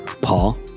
Paul